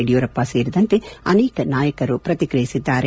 ಯಡಿಯೂರಪ್ಪ ಸೇರಿದಂತೆ ಅನೇಕ ನಾಯಕರು ಪ್ರತಿಕ್ರಿಯಿಸಿದ್ದಾರೆ